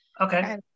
Okay